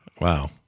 Wow